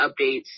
updates